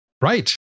Right